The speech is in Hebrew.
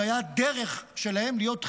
זאת הייתה אחת הדרכים להיות חלק,